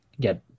get